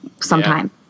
sometime